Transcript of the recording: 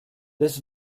des